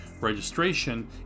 Registration